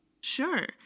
Sure